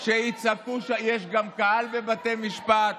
לפחות שזה יהיה ענייני.